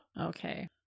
Okay